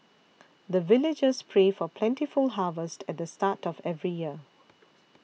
the villagers pray for plentiful harvest at the start of every year